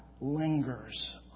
lingers